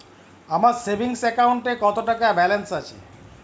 আমার সেভিংস অ্যাকাউন্টে কত টাকা ব্যালেন্স আছে?